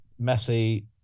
Messi